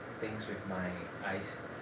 things with my eyes